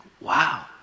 wow